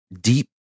deep